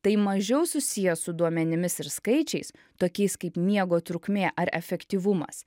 tai mažiau susiję su duomenimis ir skaičiais tokiais kaip miego trukmė ar efektyvumas